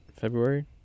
February